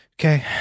Okay